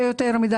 ולא יותר מדי.